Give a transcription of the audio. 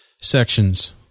Sections